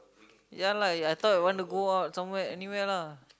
ya lah I thought you want to go out somewhere anywhere lah